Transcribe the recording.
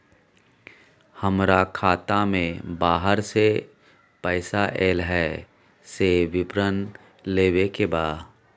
हमरा खाता में बाहर से पैसा ऐल है, से विवरण लेबे के बा?